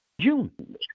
June